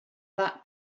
that